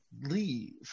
leave